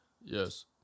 Yes